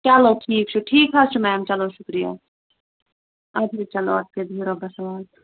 چلو ٹھیٖک چھُ ٹھیٖک حظ چھُ میم چلو شُکرِیا اَدٕ کیاہ چلو اَدٕ کیاہ بِہو رۄبس حوالہٕ